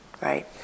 right